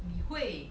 你会